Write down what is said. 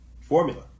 formula